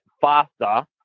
faster